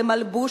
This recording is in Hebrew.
מלבוש,